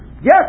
Yes